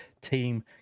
team